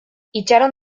itxaron